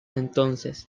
entonces